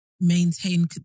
maintain